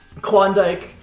Klondike